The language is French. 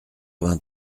vingt